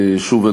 שוב,